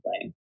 playing